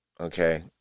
Okay